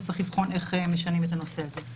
אז צריך לבחון איך משנים את הנושא הזה.